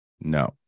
No